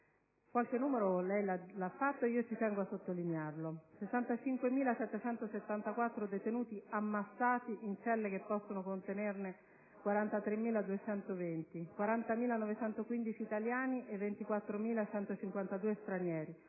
Qualche numero lei l'ha fatto e ci tengo a sottolinearlo: 65.774 detenuti ammassati in celle che possono contenerne 43.220, di cui 40.915 italiani e 24.152 stranieri;